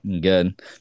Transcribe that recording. Good